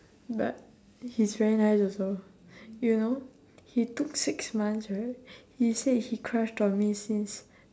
but he's very nice also you know he took six months right he said he crushed on me since